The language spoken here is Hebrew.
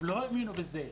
הם לא האמינו בזה.